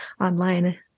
online